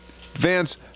Vance